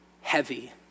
heavy